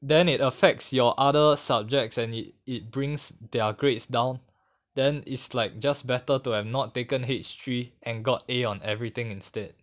then it affects your other subjects and it it brings their grades down then is like just better to have not taken H three and got A on everything instead